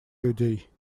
людей